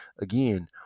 Again